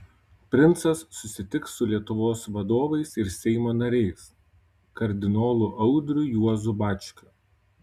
princas susitiks su lietuvos vadovais ir seimo nariais kardinolu audriu juozu bačkiu